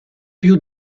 più